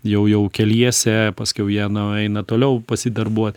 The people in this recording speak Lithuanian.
jau jau keliese paskiau jie nueina toliau pasidarbuot